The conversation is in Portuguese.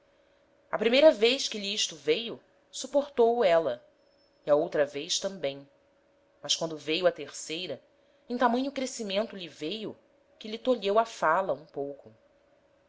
a primeira vez que lhe isto veio suportou o éla e a outra vez tambem mas quando veio a terceira em tamanho crescimento lhe veio que lhe tolheu a fala um pouco